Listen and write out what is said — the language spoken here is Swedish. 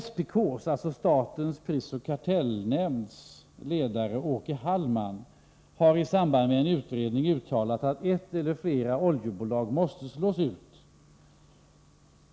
SPK:s ledare Åke Hallman har i samband med en utredning uttalat att ett eller flera oljebolag måste slås ut.